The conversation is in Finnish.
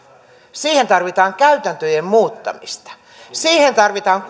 siihen tarvitaan käytäntöjen muuttamista siihen tarvitaan